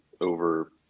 over